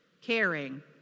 Caring